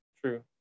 True